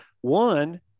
one